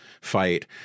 fight